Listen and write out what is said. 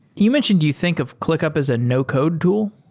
you mentioned do you think of clickup as a no-code tool?